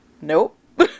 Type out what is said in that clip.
nope